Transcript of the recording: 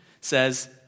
says